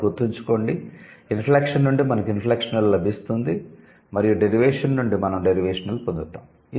కాబట్టి గుర్తుంచుకోండి ఇంఫ్లేక్షన్ నుండి మనకు ఇంఫ్లేక్షనల్ లభిస్తుంది మరియు డేరివేషన్ నుండి మనం 'డేరివేషనల్' పొందుతాము